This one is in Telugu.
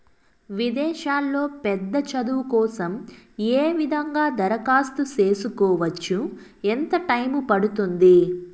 విదేశాల్లో పెద్ద చదువు కోసం ఏ విధంగా దరఖాస్తు సేసుకోవచ్చు? ఎంత టైము పడుతుంది?